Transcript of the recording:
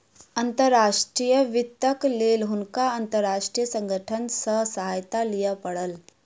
अंतर्राष्ट्रीय वित्तक लेल हुनका अंतर्राष्ट्रीय संगठन सॅ सहायता लिअ पड़ल